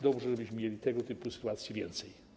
Dobrze, żebyśmy mieli tego typu sytuacji więcej.